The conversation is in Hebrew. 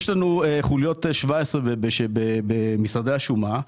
יש לנו חוליות 17 במשרדי השומה,